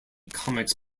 comics